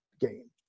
game